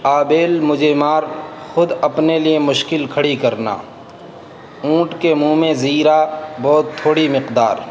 آ بیل مجھے مار خود اپنے لیے مشکل کھڑی کرنا اونٹ کے منہ میں زیرہ بہت تھوڑی مقدار